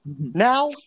Now